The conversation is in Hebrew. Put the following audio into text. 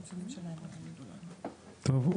טוב,